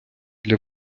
для